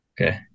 Okay